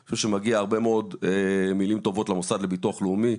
אני חושב שמגיע הרבה מאוד מילים טובות למוסד לביטוח לאומי.